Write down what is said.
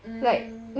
mm